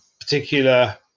particular